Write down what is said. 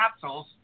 capsules